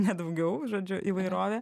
ne daugiau žodžiu įvairovė